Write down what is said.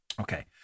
Okay